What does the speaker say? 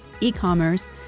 e-commerce